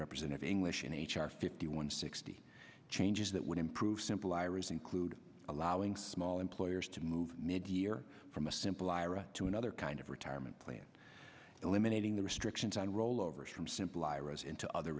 represent of english in h r fifty one sixty changes that would improve simple iras include allowing small employers to move mid year from a simple ira to another kind of retirement plan eliminating the restrictions on rollovers from simple iras into other